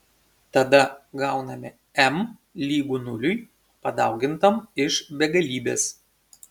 tada gauname m lygu nuliui padaugintam iš begalybės